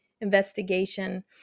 investigation